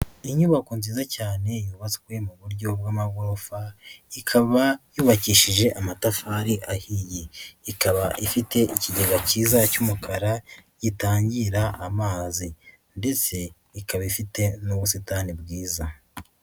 Inyubako nziza cyane yubatswe mu buryo bw'amagorofa, ikaba yubakishije amatafari ahiye, ikaba ifite ikigega cyiza cy'umukara gitangira amazi ndetse ikaba ifite n'ubusitani bwiza.